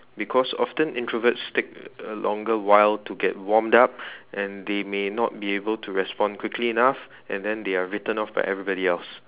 because often introverts take a a longer while to get warmed up and they may not be able to respond quickly enough and then they are written off by everybody else